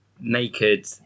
naked